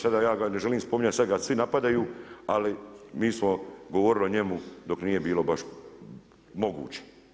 Sada ja ga ne želim spominjati, sad ga svi napadaju, ali mi smo govorili o njemu dok nije bilo baš moguće.